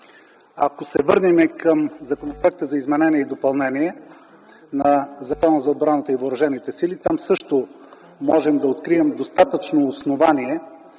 Ако се върнем към Законопроекта за изменение и допълнение на Закона за отбраната и въоръжените сили – там също можем да открием достатъчно основание